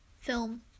film